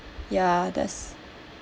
ya that's